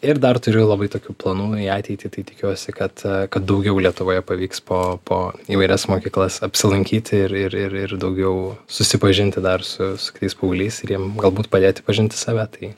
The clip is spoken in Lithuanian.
ir dar turiu labai tokių planų į ateitį tai tikiuosi kad kad daugiau lietuvoje pavyks po po įvairias mokyklas apsilankyti ir ir ir ir daugiau susipažinti dar su su kitais paaugliais ir jiem galbūt padėti pažinti save tai